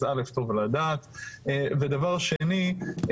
אז א' טוב לדעת ודבר שני,